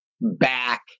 back